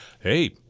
hey